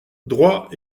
droit